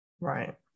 Right